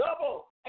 double